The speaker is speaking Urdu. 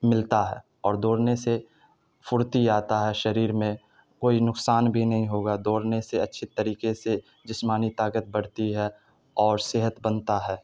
ملتا ہے اور دوڑنے سے پھرتی آتا ہے شریر میں کوئی نقصان بھی نہیں ہوگا دوڑنے سے اچھی طریقے سے جسمانی طاقت بڑھتی ہے اور صحت بنتا ہے